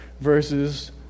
verses